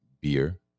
beer